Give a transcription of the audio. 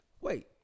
wait